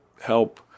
help